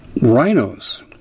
rhinos